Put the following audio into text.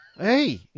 Hey